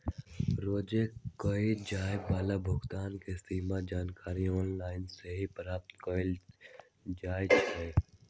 रोज कये जाय वला भुगतान के सीमा के जानकारी ऑनलाइन सेहो प्राप्त कएल जा सकइ छै